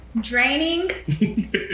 Draining